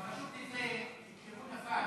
אבל חשוב לציין שהוא נפל,